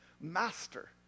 Master